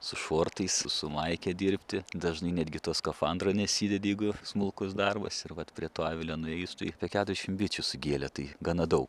su šortais su maike dirbti dažnai netgi to skafandro nesidedi jeigu smulkus darbas ir vat prie to avilio nuėjus tai apie keturiasdešim bičių sugėlė tai gana dau